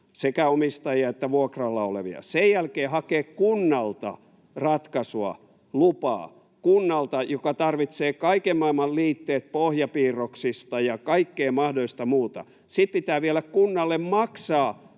sekä omistajia että vuokralla olevia, sen jälkeen hakea kunnalta ratkaisua, lupaa — kunnalta, joka tarvitsee kaiken maailman liitteet pohjapiirroksista ja kaikkea mahdollista muuta? Sitten pitää vielä kunnalle maksaa